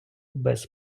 без